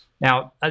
Now